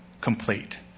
complete